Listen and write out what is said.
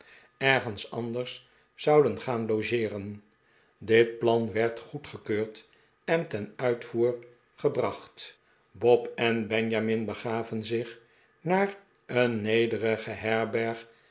anders zouden gaan logeeren dit plan werd goedgekeurd en ten uityoer gebracht bob en benjamin begaven zich naar een nederige herberg